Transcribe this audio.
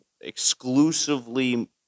exclusively